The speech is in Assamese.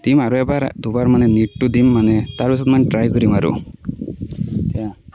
দিম আৰু এবাৰ দুবাৰ মানে নিটটো দিম মানে তাৰপিছত মানে ট্ৰাই কৰিম আৰু এতিয়া